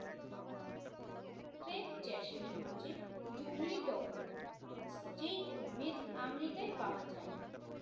crepe jasmine হচ্ছে জংলী টগর যেই উদ্ভিদ আমেরিকায় পাওয়া যায়